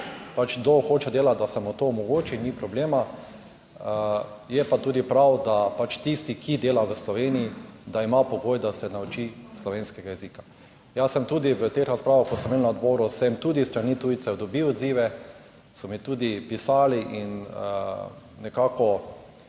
pač kdo hoče delati, da se mu to omogoči. Ni problema. Je pa tudi prav, da pač tisti, ki dela v Sloveniji, da ima pogoj, da se nauči slovenskega jezika. Jaz sem tudi v teh razpravah, ko smo imeli na odboru, sem tudi s strani tujcev dobil odzive, so mi tudi pisali in nekako